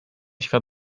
świat